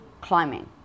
climbing